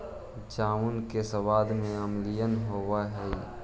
जामुन के सबाद में अम्लीयन होब हई